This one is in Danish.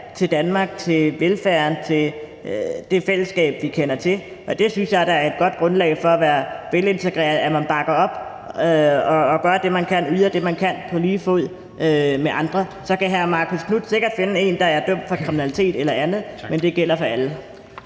i Danmark, til velfærden, til det fællesskab, vi kender til. Det synes jeg da er et godt grundlag for at være velintegreret, altså at man bakker op og gør det, man kan, yder det, man kan, på lige fod med andre. Så kan hr. Marcus Knuth sikkert finde en, der er dømt for kriminalitet eller andet, men det gælder for alle.